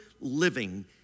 living